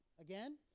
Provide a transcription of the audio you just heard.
Again